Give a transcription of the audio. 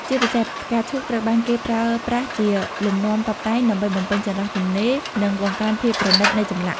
ជាពិសេស ផ្កាឈូកត្រូវបានគេប្រើប្រាស់ជា លំនាំតុបតែង ដើម្បីបំពេញចន្លោះទំនេរ និងបង្កើនភាពប្រណីតនៃចម្លាក់។